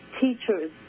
teachers